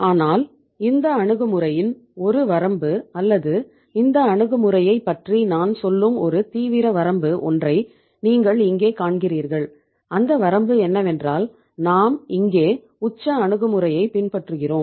ஆனால் இந்த அணுகுமுறையின் ஒரு வரம்பு அல்லது இந்த அணுகுமுறையைப் பற்றி நான் சொல்லும் ஒரு தீவிர வரம்பு ஒன்றை நீங்கள் இங்கே காண்கிறீர்கள் அந்த வரம்பு என்னவென்றால் நாம் இங்கே உச்ச அணுகுமுறையை பின்பற்றுகிறோம்